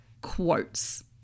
quotes